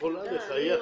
תודה לך.